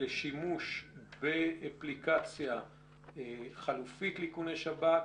לשימוש באפליקציה חלופית לאיכון שב"כ,